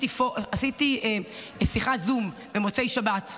עשיתי שיחת זום במוצאי שבת.